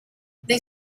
they